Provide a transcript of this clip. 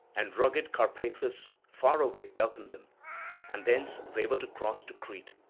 and rugged carpathus far away welcomed them and thence they were to cross to crete,